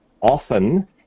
Often